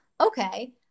Okay